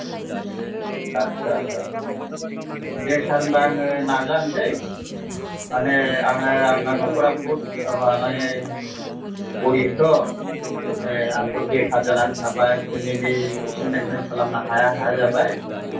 आदसा आदसा दे सार होमब्ला आङो नाजानोसै माने आङो आंना नख'रा बुहुद मानानै गरिबथ' ए आंबो बेखार जानानै थाबाय फेमिलि एसे मेनटेइन्ट खालामनो हाया हाया जाबाय